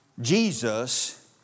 Jesus